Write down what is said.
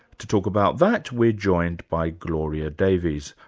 to talk about that we're joined by gloria davies,